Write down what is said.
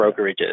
brokerages